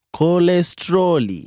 Cholesterol